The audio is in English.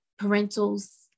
parentals